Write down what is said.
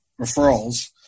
referrals